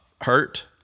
hurt